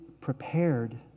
prepared